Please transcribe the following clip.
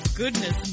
goodness